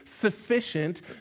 sufficient